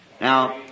now